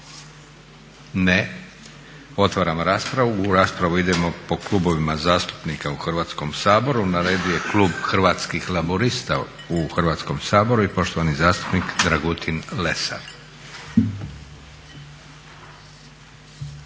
Ne. Otvaram raspravu. U raspravu idemo po klubovima zastupnika u Hrvatskom saboru. Na redu je Klub Hrvatskih laburista u Hrvatskom saboru i poštovani zastupnik Dragutin Lesar.